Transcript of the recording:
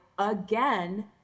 again